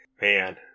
man